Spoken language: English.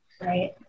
right